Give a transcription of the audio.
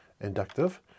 inductive